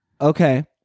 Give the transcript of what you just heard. Okay